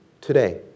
today